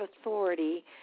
authority